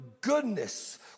goodness